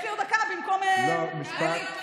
זה ברור, יש לי עוד דקה במקום, משפט סיום.